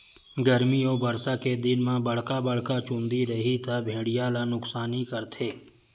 गरमी अउ बरसा के दिन म बड़का बड़का चूंदी रइही त भेड़िया ल नुकसानी करथे